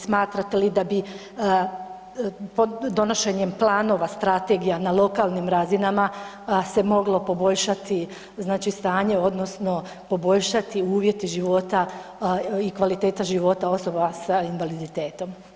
Smatrate li da bi donošenjem planova strategija na lokalnim razinama se moglo poboljšati znači stanje odnosno poboljšati uvjeti života i kvaliteta života osoba sa invaliditetom?